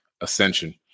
ascension